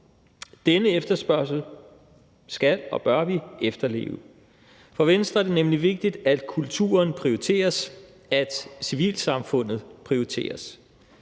Denne efterspørgsel skal og bør vi efterleve. For Venstre er det nemlig vigtigt, at kulturen prioriteres, at civilsamfundet prioriteres.